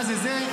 מה זה זה?